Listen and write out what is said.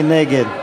מי נגד?